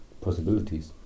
possibilities